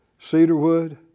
Cedarwood